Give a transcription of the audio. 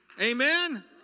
Amen